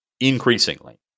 increasingly